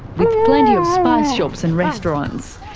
with plenty of spice shops and restaurants.